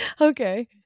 Okay